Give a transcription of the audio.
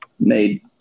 Made